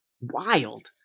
Wild